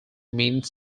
means